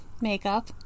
Makeup